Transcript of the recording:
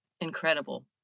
incredible